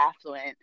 affluent